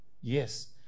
Yes